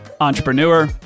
entrepreneur